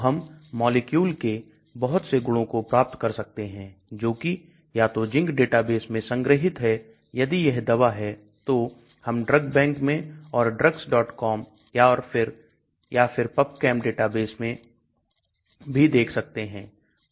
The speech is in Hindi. तो हम मॉलिक्यूल के बहुत से गुणों को प्राप्त कर सकते हैं जोकि या तो ZINC डाटाबेस में संग्रहित है यदि यह दवा है तो हम DRUGBANK मैं और drugscom और या फिर PubChem डेटाबेस मैं भी देख सकते हैं